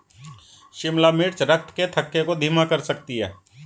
शिमला मिर्च रक्त के थक्के को धीमा कर सकती है